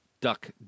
Duck